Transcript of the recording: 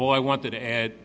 well i wanted to add